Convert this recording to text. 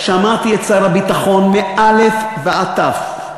שמעתי את שר הביטחון מאלף ועד תיו.